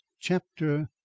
Chapter